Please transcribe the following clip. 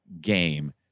game